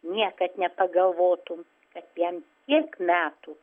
niekad nepagalvotum kad jam tiek metų